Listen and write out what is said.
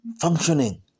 functioning